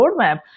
roadmap